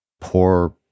poor